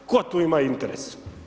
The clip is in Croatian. Tko tu ima interes?